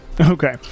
Okay